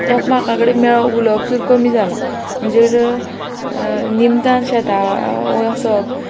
एकमेका कडेन मेळप उलोवप सुदां कमी जालां म्हणजे निमतान शेतां वसप